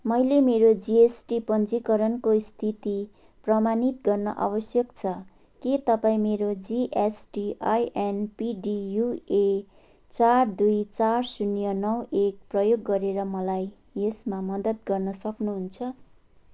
मैले मेरो जिएसटी पञ्जीकरणको स्थिति प्रमाणित गर्न आवश्यक छ के तपाईँ मेरो जिएसटिआइएन पिडियुए चार दुई चार शून्य नौ एक प्रयोग गरेर मलाई यसमा मद्दत गर्न सक्नुहुन्छ